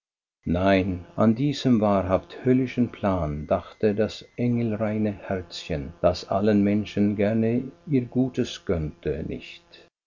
nein an diesen wahrhaft höllischen plan dachte das engelreine herzchen das allen menschen gerne ihr gutes gönnte nicht